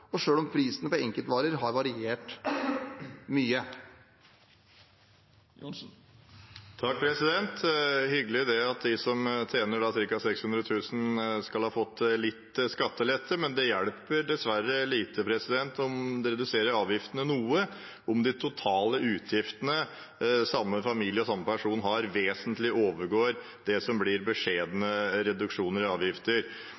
om prisen på enkelte varer har variert mye. Det er hyggelig at de som tjener ca. 600 000 kr, skal ha fått litt skattelette. Men det hjelper dessverre lite å redusere avgiftene noe om de totale utgiftene som samme familie og samme person har, vesentlig overgår det som blir